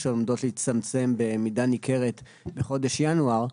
שעומדות להצטמצם במידה ניכרת בחודש ינואר,